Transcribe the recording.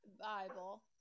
Bible